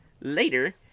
later